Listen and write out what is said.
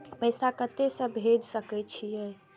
पैसा कते से भेज सके छिए?